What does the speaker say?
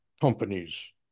companies